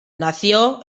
nació